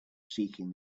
seeking